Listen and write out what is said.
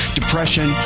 depression